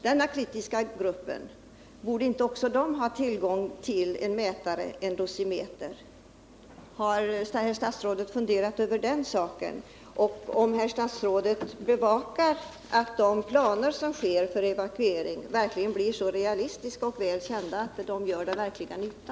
Borde inte även denna grupp ha tillgång till en dosimeter? Har herr statsrådet funderat över den saken? Jag vill också fråga om statsrådet bevakar att de planer för evakuering som utarbetas verkligen blir tillräckligt realistiska och så väl kända att de kommer att göra avsedd nytta.